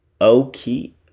Okay